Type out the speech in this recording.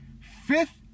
Fifth